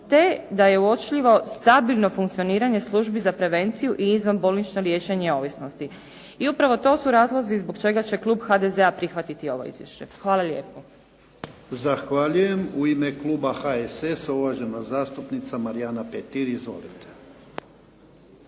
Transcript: te da je uočljivo stabilno funkcioniranje službi za prevenciju i izvanbolničko liječenje ovisnosti. I upravo to su razlozi zbog čega će klub HDZ-a prihvatiti ovo izvješće. Hvala lijepo. **Jarnjak, Ivan (HDZ)** Zahvaljujem. U ime kluba HSS-a, uvažena zastupnica Marijana Petir. Izvolite.